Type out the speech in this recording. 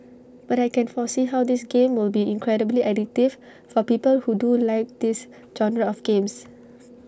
but I can foresee how this game will be incredibly addictive for people who do like this genre of games